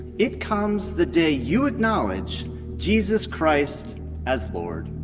it comes the day you acknowledge jesus christ as lord.